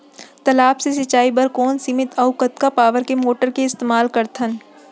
तालाब से सिंचाई बर कोन सीमित अऊ कतका पावर के मोटर के इस्तेमाल करथन?